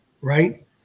right